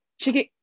Chicken